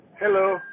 Hello